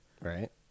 Right